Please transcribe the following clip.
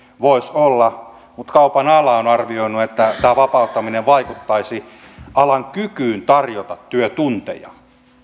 voisivat olla mutta kaupan ala on arvioinut että tämä vapauttaminen vaikuttaisi alan kykyyn tarjota työtunteja